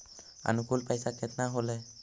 अनुकुल पैसा केतना होलय